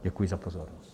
Děkuji za pozornost.